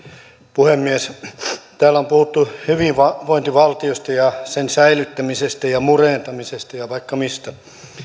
puhemies täällä on puhuttu hyvinvointivaltiosta ja sen säilyttämisestä ja murentamisesta ja vaikka mistä